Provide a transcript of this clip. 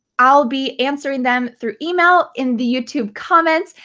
i'll be answering them through email, in the youtube comments,